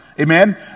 Amen